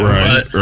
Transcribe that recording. Right